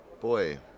boy